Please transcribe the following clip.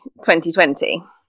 2020